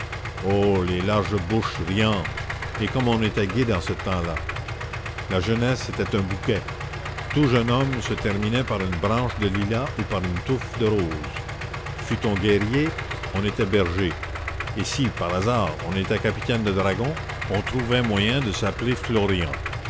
oh les larges bouches riantes et comme on était gai dans ce temps-là la jeunesse était un bouquet tout jeune homme se terminait par une branche de lilas ou par une touffe de roses fût-on guerrier on était berger et si par hasard on était capitaine de dragons on trouvait moyen de s'appeler florian